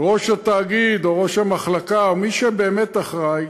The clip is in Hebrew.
ראש התאגיד או ראש המחלקה, או מי שבאמת אחראי